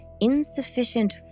insufficient